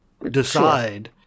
Decide